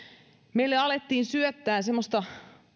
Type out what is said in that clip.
meille alettiin syöttää semmoista